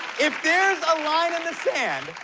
if there's a line in the sand,